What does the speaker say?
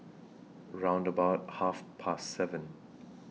round about Half Past seven